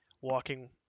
walking